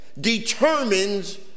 Determines